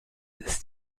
ist